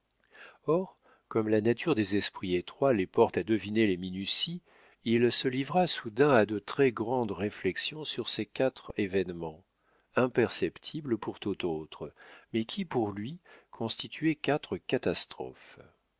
or comme la nature des esprits étroits les porte à deviner les minuties il se livra soudain à de très-grandes réflexions sur ces quatre événements imperceptibles pour tout autre mais qui pour lui constituaient quatre catastrophes